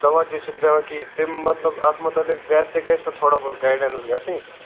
تَوَجہ چھُنہٕ دِوان کِہیٖنٛۍ تَمیُک مطلب اَتھ مُتعلق گَرِ تہِ گَژھِ نا تھوڑا بہت گایڈنس گَژھٕنۍ